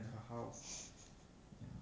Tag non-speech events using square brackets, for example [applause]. [laughs]